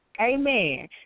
amen